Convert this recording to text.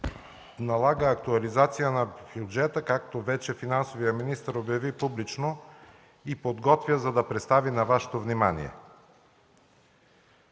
налага актуализация на бюджета, както вече финансовият министър обяви публично и подготвя, за да представи на Вашето внимание.